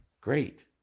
great